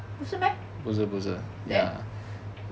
不是 meh then